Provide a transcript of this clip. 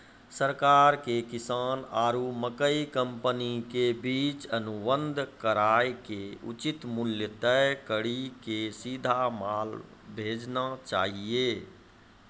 सरकार के किसान आरु मकई कंपनी के बीच अनुबंध कराय के उचित मूल्य तय कड़ी के सीधा माल भेजना चाहिए?